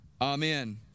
Amen